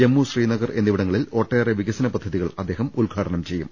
ജമ്മു ശ്രീനഗർ എന്നിവിടങ്ങളിൽ ഒട്ടേറെ വികസന പദ്ധതികൾ അദ്ദേഹം ഉദ്ഘാടനം ചെയ്യും